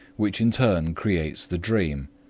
which in turn creates the dream.